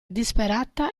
disperata